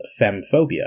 femphobia